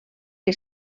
que